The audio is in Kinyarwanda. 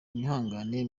mwihangane